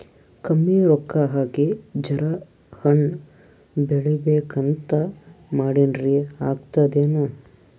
ಕಮ್ಮಿ ರೊಕ್ಕ ಹಾಕಿ ಜರಾ ಹಣ್ ಬೆಳಿಬೇಕಂತ ಮಾಡಿನ್ರಿ, ಆಗ್ತದೇನ?